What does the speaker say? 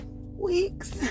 weeks